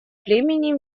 племени